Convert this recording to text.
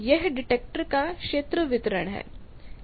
यह डिटेक्टर का क्षेत्र वितरण है